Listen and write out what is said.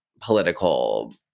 political